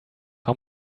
how